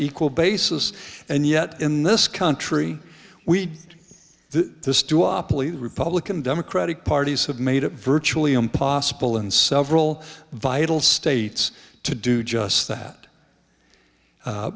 equal basis and yet in this country we the republican democratic parties have made it virtually impossible in several vital states to do just that